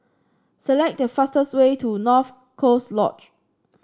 select the fastest way to North Coast Lodge